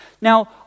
Now